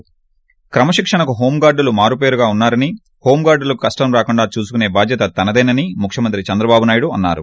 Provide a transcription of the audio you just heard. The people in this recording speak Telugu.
ి క్రమశిక్షణకు హోంగార్డుల మారుపేరుగా ఉన్నారని హోంగార్డులకు కష్టం రాకుండా చూసుకునే బాధ్యత తనదేనని ముఖ్యమంత్రి చంద్రబాబు నాయుడు అన్నారు